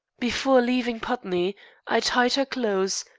before leaving putney i tied her clothes,